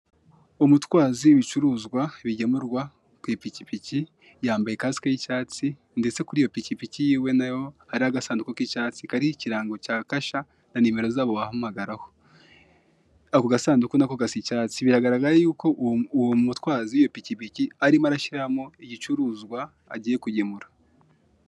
Umutwazi w'ibicuruzwa bigemurwa ku ipikipiki, yambaye kasike y'icyatsi, ndetse kuri iyo pikipiki yiwe na ho hari agasanduku k'icyatsi kariho ikirango cya Kasha na nimero zabo wabahamagaraho, ako gasanduku na ko gasa icyatsi biragaragara yuko uwo mutwazi w'iyo pikipiki arimo arashyiramo igicuruzwa agiye kugemura.